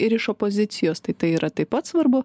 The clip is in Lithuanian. ir iš opozicijos tai tai yra taip pat svarbu